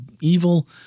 evil